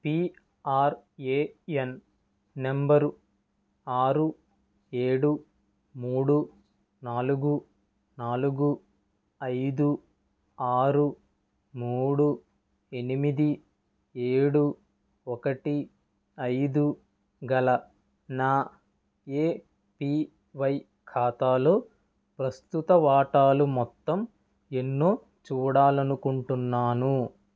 PRAN నంబరు ఆరు ఏడు మూడు నాలుగు నాలుగు ఐదు ఆరు మూడు ఎనిమిది ఏడు ఒకటి ఐదు గల నా ఏపివై ఖాతాలో ప్రస్తుత వాటాలు మొత్తం ఎన్నో చూడాలనుకుంటున్నాను